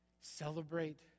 Celebrate